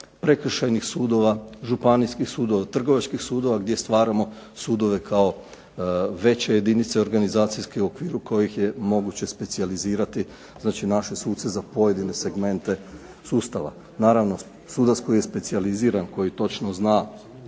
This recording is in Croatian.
prekršajnih sudova, županijskih sudova, trgovačkih sudova gdje stvaramo sudove kao veće jedinice organizacijske u okviru kojih je moguće specijalizirati znači naše suce za pojedine segmente sustava. Naravno sudac koji je specijaliziran, koji točno zna